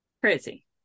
crazy